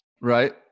Right